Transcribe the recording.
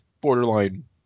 borderline